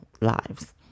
lives